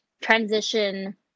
transition